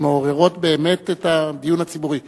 שמעוררות באמת את הדיון הציבורי.